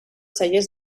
cellers